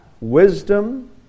wisdom